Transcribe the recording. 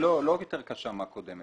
לא, לא יותר קשה מהקודמת.